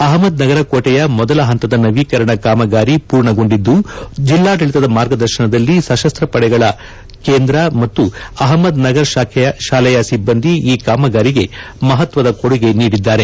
ಅಹಮದ್ ನಗರ ಕೊಟೆಯ ಮೊದಲ ಹಂತದ ನವೀಕರಣ ಕಾಮಗಾರಿ ಪೂರ್ಣಗೊಂಡಿದ್ದು ಜಿಲ್ಡಾಡಳಿತದ ಮಾರ್ಗದರ್ಶನದಲ್ಲಿ ಸಶಸ್ತ್ರ ಪಡೆಗಳ ಕೇಂದ್ರ ಮತ್ತು ಅಹಮದ್ ನಗರ್ ಶಾಲೆಯ ಸಿಬ್ಬಂದಿ ಈ ಕಾಮಗಾರಿಗೆ ಮಹತ್ಸದ ಕೊಡುಗೆ ನೀಡಿದ್ದಾರೆ